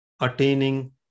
attaining